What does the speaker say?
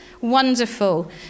Wonderful